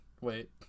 Wait